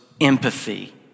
empathy